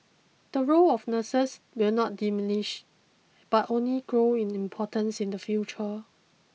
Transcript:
the role of nurses will not diminish but only grow in importance in the future